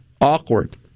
awkward